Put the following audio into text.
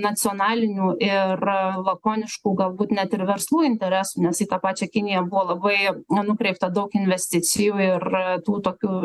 nacionalinių ir lakoniškų galbūt net ir verslų interesų nes į tą pačią kiniją buvo labai na nukreipta daug investicijų ir tų tokių